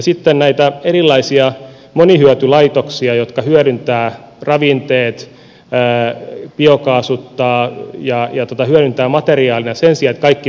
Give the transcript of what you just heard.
sitten on näitä erilaisia monihyötylaitoksia jotka hyödyntävät ravinteet biokaasuttavat ja hyödyntävat materiaalina sen sijaan että kaikki menisi vain massapolttoon